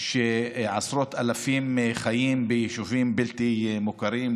עשרות אלפים חיים ביישובים בלתי מוכרים,